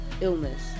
illness